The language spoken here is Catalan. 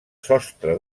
sostre